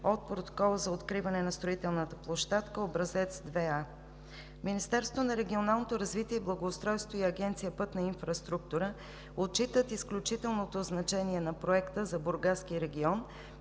от Протокола за откриване на строителната площадка – Образец 2А. Министерството на регионалното развитие и благоустройството и Агенция „Пътна инфраструктура“ отчитат изключителното значение на Проекта за Бургаския регион,